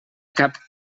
cap